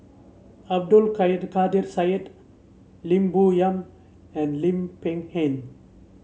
Abdul Kadir Syed Lim Bo Yam and Lim Peng Han